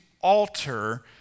alter